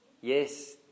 Yes